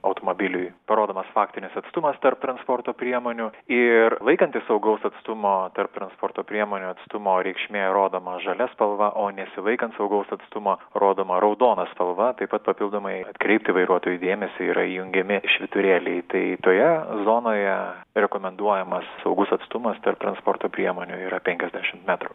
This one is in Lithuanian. automobiliui parodomas faktinis atstumas tarp transporto priemonių ir laikantis saugaus atstumo tarp transporto priemonių atstumo reikšmė rodoma žalia spalva o nesilaikant saugaus atstumo rodoma raudona spalva taip pat papildomai atkreipti vairuotojų dėmesį yra jungiami švyturėliai taip šioje zonoje rekomenduojamas saugus atstumas tarp transporto priemonių yra penkiasdešimt metrų